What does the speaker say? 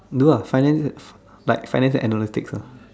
do ah finance like finance and analytics ah